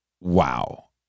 wow